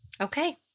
Okay